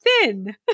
thin